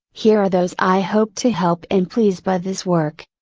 here are those i hope to help and please by this work.